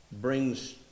brings